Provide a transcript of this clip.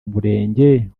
murenge